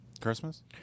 Christmas